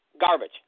Garbage